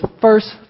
first